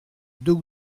deux